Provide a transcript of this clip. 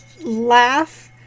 laugh